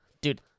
Dude